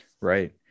Right